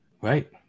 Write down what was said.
right